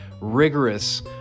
rigorous